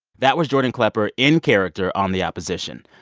that was jordan klepper in character on the opposition.